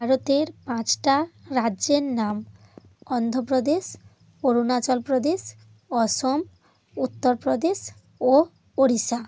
ভারতের পাঁচটা রাজ্যের নাম অন্ধ্র প্রদেশ অরুণাচল প্রদেশ অসম উত্তর প্রদেশ ও ওড়িষ্যা